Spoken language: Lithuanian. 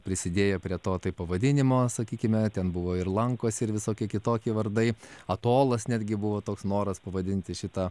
prisidėjo prie to tai pavadinimo sakykime ten buvo ir lankos ir visokie kitokie vardai atolas netgi buvo toks noras pavadinti šitą